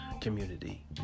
community